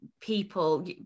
people